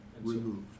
Removed